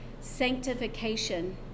sanctification